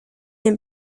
les